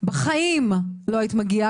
בחיים לא היית מגיעה,